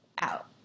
out